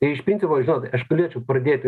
iš principo žinot aš galėčiau pradėti